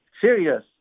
serious